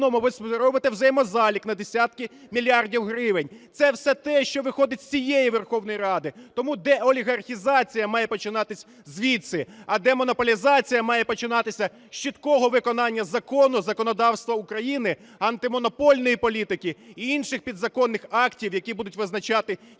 ви робите взаємозалік на десятки мільярдів гривень. Це все те, що виходить з цієї Верховної Ради. Тому деолігархізація має починатися звідси, а демонополізація має починатися з чіткого виконання закону, законодавства України, антимонопольної політики і інших підзаконних актів, які будуть визначати чіткі